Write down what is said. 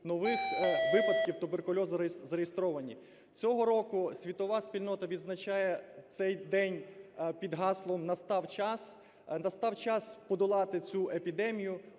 нових випадків туберкульозу зареєстровані. Цього року світова спільнота відзначає цей день під гаслом: "Настав час". Настав час подолати цю епідемію.